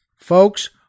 folks